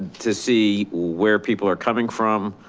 to see where people are coming from,